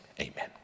amen